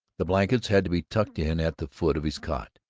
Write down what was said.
the blankets had to be tucked in at the foot of his cot.